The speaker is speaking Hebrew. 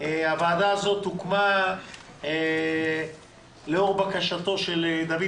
הוועדה הזאת הוקמה לאור בקשתו של דוד